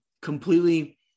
completely